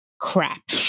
crap